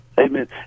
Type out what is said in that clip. Amen